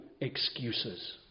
excuses